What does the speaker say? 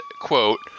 quote